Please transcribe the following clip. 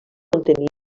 contenir